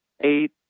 eight